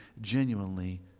genuinely